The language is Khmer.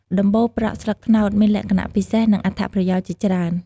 ដំបូលប្រក់ស្លឹកត្នោតមានលក្ខណៈពិសេស និងអត្ថប្រយោជន៍ជាច្រើន។